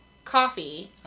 Coffee